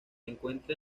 encuentra